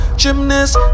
gymnast